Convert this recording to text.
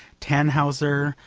tannhauser,